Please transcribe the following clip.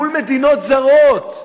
מול מדינות זרות,